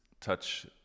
touch